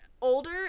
older